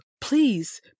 Please